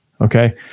Okay